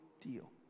deal